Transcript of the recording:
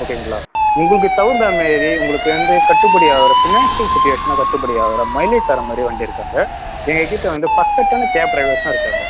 ஓகேங்களா உங்களுக்கு தகுந்தாமாரி உங்களுக்கு வந்து கட்டுப்படி ஆகுற ஃபினான்ஷியல் சுச்சிவேஷன்னா கட்டுப்படி ஆகுற மைலேஜ் தர மாதிரி வண்டி இருக்குது அங்கே எங்ககிட்ட வந்து பர்ஃபெக்ட்டானா கேப் டிரைவர்ஸ்லாம் இருக்காங்கள்